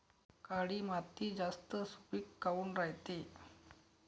काळी माती जास्त सुपीक काऊन रायते?